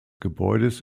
gebäudes